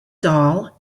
doll